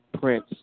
Prince